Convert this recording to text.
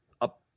up